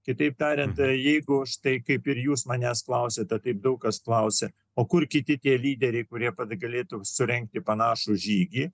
kitaip tariant jeigu už tai kaip ir jūs manęs klausiate kaip daug kas klausia o kur kiti tie lyderiai kurie pati galėtų surengti panašų žygį